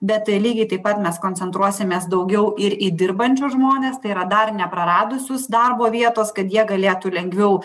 bet lygiai taip pat mes koncentruosimės daugiau ir į dirbančius žmones tai yra dar nepraradusius darbo vietos kad jie galėtų lengviau